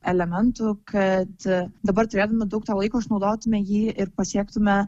elementų kad dabar turėdami daug to laiko išnaudotume jį ir pasiektume